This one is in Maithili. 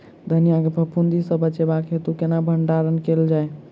धनिया केँ फफूंदी सऽ बचेबाक हेतु केना भण्डारण कैल जाए?